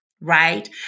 right